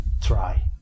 try